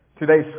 today's